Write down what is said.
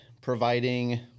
providing